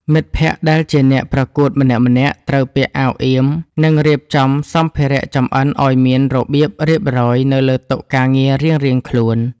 មិត្តភក្តិដែលជាអ្នកប្រកួតម្នាក់ៗត្រូវពាក់អាវអៀម និងរៀបចំសម្ភារៈចម្អិនឱ្យមានរបៀបរៀបរយនៅលើតុការងាររៀងៗខ្លួន។